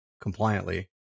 compliantly